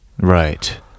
right